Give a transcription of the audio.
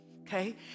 okay